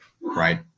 right